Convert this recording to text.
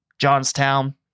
Johnstown